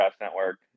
network